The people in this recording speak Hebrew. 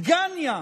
דגניה,